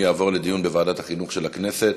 יעבור לדיון בוועדת החינוך של הכנסת.